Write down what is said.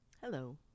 Hello